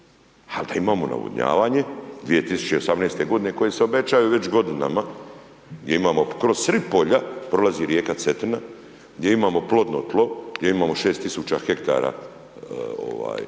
ali da imamo navodnjavanje, 2018. g. koje se obećaju već godinama gdje imamo sred polja prolazi rijeka Cetina, gdje imamo plodno tlo, gdje imamo 6000 ha